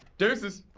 deuces.